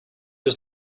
his